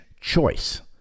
choice